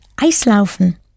Eislaufen